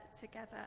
together